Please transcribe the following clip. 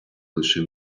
лише